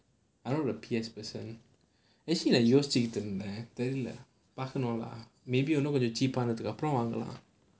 I not a P_S person actually யோசிச்சிட்டு இருந்தேன் தெரில பார்க்கணும்:yosichchittu irunthaen therila paarkanum lah maybe கொஞ்சம்:konjam cheap ஆனா அப்புறம் வாங்கலாம்:appuram vaangalaam lah